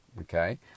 Okay